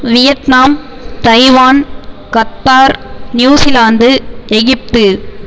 Vietnam Taiwan Qatar New Zealand Egypt